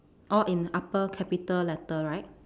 all in upper capital letter right